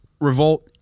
revolt